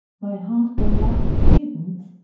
my heart goes out to the students,